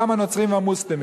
גם הנוצרים והמוסלמים.